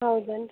ಹೌದನು ರೀ